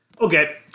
Okay